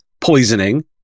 poisoning